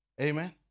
Amen